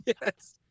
Yes